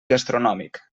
gastronòmic